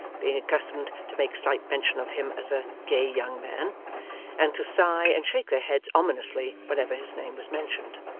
being accustomed to make slight mention of him as a gay young man and to sigh and shake their heads ominously whenever his name was mentioned.